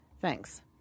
Thanks